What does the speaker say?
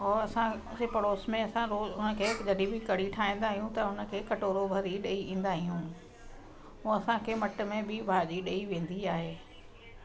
और असांजे पड़ोस में असां रोज उनखे जडहिं बि कढ़ी ठाहींदा आहिंयूं त त उनखे कटोरो भरी ॾेई ईंदा आहियूं हूअ असांखे मट में बी भाॼी ॾेई वेंदी आहे